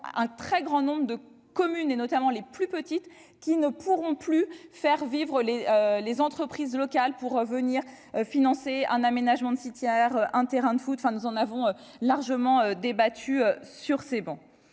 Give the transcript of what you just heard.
un très grand nombre de communes, et notamment les plus petites, qui ne pourront plus faire vivre les les entreprises locales pour venir financer un aménagement de sites hier un terrain de foot, enfin, nous en avons largement débattu sur ces bancs,